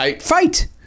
fight